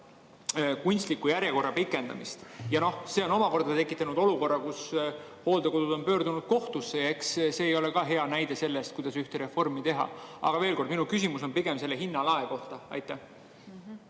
kunstlikku järjekorra pikendamist. See on omakorda tekitanud olukorra, kus hooldekodud on pöördunud kohtusse. Ega see ei ole ka hea näide selle kohta, kuidas ühte reformi teha. Aga veel kord: minu küsimus on pigem selle hinnalae kohta. Jaa.